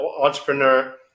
entrepreneur